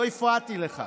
לא הפרעתי לך.